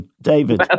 David